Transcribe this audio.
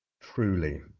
truly